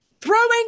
throwing